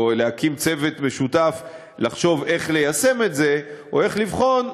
או להקים צוות משותף לחשוב איך ליישם את זה או איך לבחון,